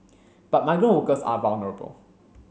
but migrant workers are vulnerable